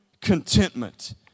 contentment